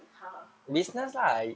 her business lah